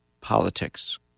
politics